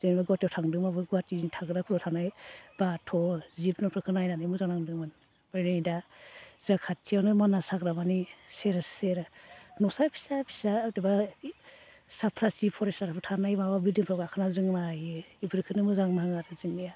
जेनेबा गुवाहाटीयाव थांदोंबाबो गुवाहाटीनि थाग्राफोराव थानाय बाथ' जिब जुनारफोरखौ नायनानै मोजां नांदोंमोन ओमफ्राय नै दा जा खाथियावनो मानास हाग्रामानि सेर सेर न'सा फिसा फिसा हयत'बा साफ्रासि फरेस्टारबो थानाय माबा बिदिफोराव गाखोना जों नायो बेफोरखौनो मोजां नाङो आरो जोंनिया